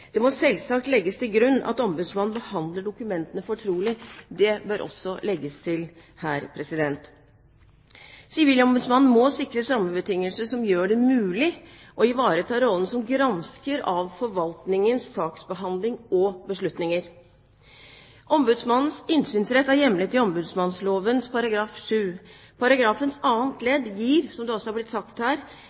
Det må selvsagt legges til grunn at ombudsmannen behandler dokumentene fortrolig. Det bør også legges til her. Sivilombudsmannen må sikres rammebetingelser som gjør det mulig å ivareta rollen som gransker av forvaltningens saksbehandling og beslutninger. Ombudsmannens innsynsrett er hjemlet i ombudsmannsloven § 7. Paragrafens annet ledd gir – som det også er blitt sagt her